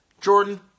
Jordan